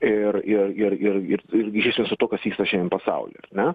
ir ir ir ir ir rišasi su tuo kas vyksta šiandien pasauly ar ne